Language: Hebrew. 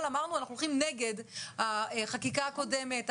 אמרנו: אנחנו הולכים נגד החקיקה הקודמת,